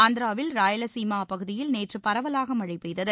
ஆந்தராவில் ராயல்சீமா பகுதியில் நேற்று பரவலாக மழழ பெய்தது